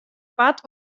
part